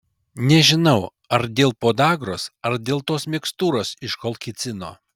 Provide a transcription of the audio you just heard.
nežinau ar dėl podagros ar dėl tos mikstūros iš kolchicino